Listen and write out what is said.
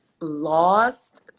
lost